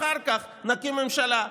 ואחר כך נקים ממשלה.